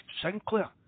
Sinclair